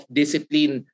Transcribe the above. discipline